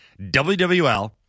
WWL